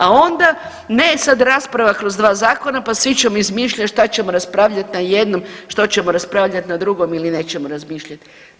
A onda ne sad rasprava kroz 2 zakona pa svi ćemo izmišljati šta ćemo raspravljati na jednom, što ćemo raspravljat na drugom ili nećemo razmišljati.